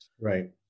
Right